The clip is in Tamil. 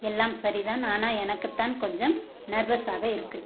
எல்லாம் சரி தான் ஆனால் எனக்கு தான் கொஞ்சம் நெர்வஸாக இருக்குது